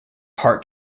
heart